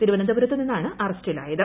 തിരുവനന്തപുരത്ത് നിന്നാണ് അറസ്റ്റിലായുത്